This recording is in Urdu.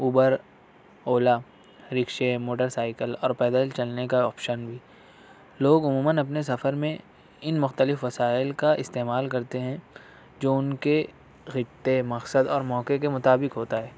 اوبر اولا رکشے موٹر سائیکل اور پیدل چلنے کا آپشن بھی لوگ عموماً اپنے سفر میں ان مختلف وسائل کا استعمال کرتے ہیں جو ان کے خطے مقصد اور موقعے کے مطابق ہوتا ہے